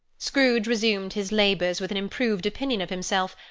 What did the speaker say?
scrooge resumed his labours with an improved opinion of himself,